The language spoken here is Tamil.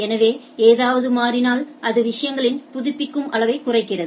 எனவே ஏதாவது மாறினால் அது விஷயங்களில் புதுப்பிக்கும் அளவைக் குறைக்கிறது